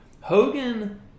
Hogan